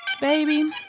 baby